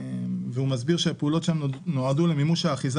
הוא מסביר שהפעולות הן לצורך מימוש האחיזה